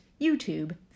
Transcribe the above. YouTube